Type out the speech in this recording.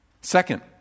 Second